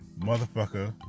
motherfucker